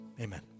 Amen